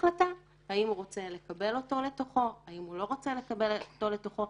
החלטה האם הוא רוצה או לא רוצה לקבל אותו לתוכו,